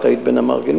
את היית בין המארגנים.